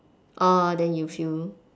oh then you feel